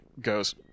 goes